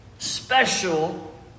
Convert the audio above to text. Special